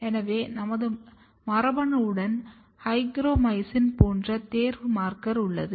எனவே நமது மரபணுவுடன் ஹைக்ரோமைசின் போன்ற தேர்வு மார்க்கர் உள்ளது